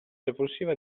repulsiva